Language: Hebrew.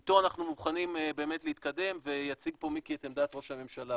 איתו אנחנו מוכנים באמת להתקדם ויציג פה מיקי את עמדת ראש הממשלה,